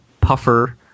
Puffer